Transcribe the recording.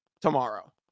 tomorrow